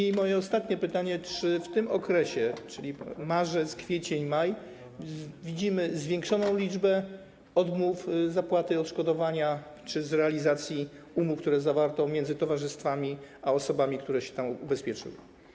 I moje ostatnie pytanie: Czy w tym okresie, czyli w marcu, kwietniu, maju, widzimy zwiększoną liczbę odmów zapłaty odszkodowania czy realizacji umów, które zawarto między towarzystwami a osobami, które się tam ubezpieczyły?